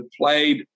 played